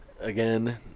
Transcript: Again